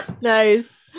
Nice